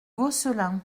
gosselin